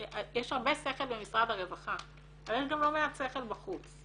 יש הרבה שכל במשרד הרווחה אבל יש גם לא מעט שכל בחוץ.